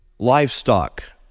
Livestock